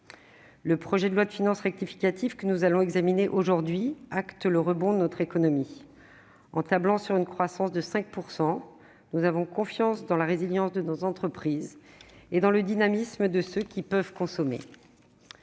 Le projet de loi de finances rectificative dont nous commençons aujourd'hui l'examen acte le rebond de notre économie. En tablant sur une croissance de 5 %, nous avons confiance dans la résilience de nos entreprises et dans le dynamisme de ceux qui peuvent consommer.